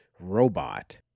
Robot